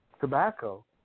tobacco